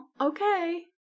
okay